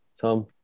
Tom